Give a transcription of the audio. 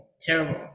terrible